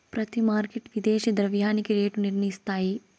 ప్రతి మార్కెట్ విదేశీ ద్రవ్యానికి రేటు నిర్ణయిస్తాయి